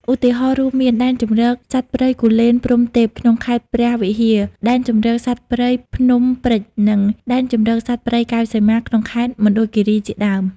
ឧទាហរណ៍ រួមមាន ដែនជម្រកសត្វព្រៃគូលែនព្រហ្មទេព ក្នុងខេត្តព្រះវិហារ ដែនជម្រកសត្វព្រៃភ្នំព្រេច និង ដែនជម្រកសត្វព្រៃកែវសីមា ក្នុងខេត្តមណ្ឌលគិរីជាដើម។